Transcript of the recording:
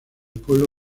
pueblo